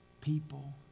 people